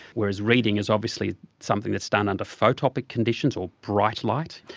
whereas reading is obviously something that's done under photopic conditions or bright light,